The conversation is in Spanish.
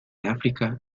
áfrica